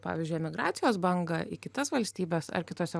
pavyzdžiui emigracijos bangą į kitas valstybes ar kitose